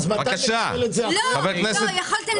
יכולתם